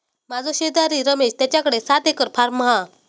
माझो शेजारी रमेश तेच्याकडे सात एकर हॉर्म हा